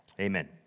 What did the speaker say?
amen